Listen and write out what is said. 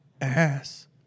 Ass